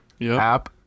app